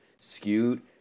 skewed